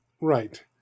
Right